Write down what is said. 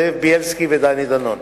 זאב בילסקי ודני דנון.